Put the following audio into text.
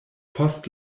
post